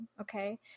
Okay